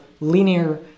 linear